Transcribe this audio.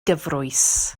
gyfrwys